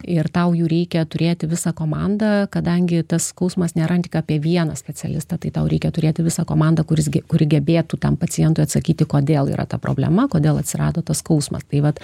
ir tau jų reikia turėti visą komandą kadangi tas skausmas nėra tik apie vieną specialistą tai tau reikia turėti visą komandą kuris ge kuri gebėtų tam pacientui atsakyti kodėl yra ta problema kodėl atsirado tas skausmas tai vat